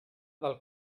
del